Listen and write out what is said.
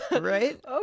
Right